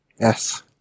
Yes